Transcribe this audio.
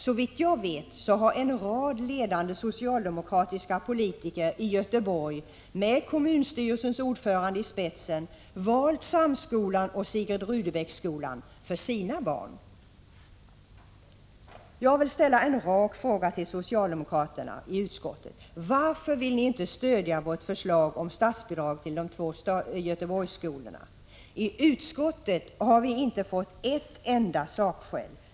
Såvitt jag vet har en rad ledande socialdemokratiska politiker i Göteborg, med kommunstyrelsens ordförande i spetsen, valt Samskolan och Sigrid Rudebecksskolan för sina barn. Jag vill ställa en rak fråga till socialdemokraterna i utskottet: Varför vill ni inte stödja vårt förslag om statsbidrag till de två Göteborgsskolorna? I utskottet har vi ju inte fått ett enda sakskäl.